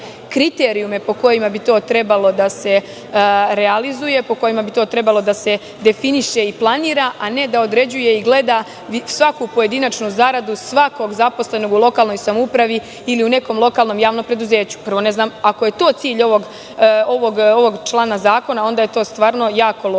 kriterijume po kojima bi to trebalo da se realizuje, po kojima bi to trebalo da se definiše i planira, a ne da određuje i gleda svaku pojedinačnu zaradu svakog zaposlenog u lokalnoj samoupravi ili nekom lokalnom javnom preduzeću. Ako je to cilj ovog člana zakona onda je to stvarno jako loše.